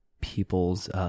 people's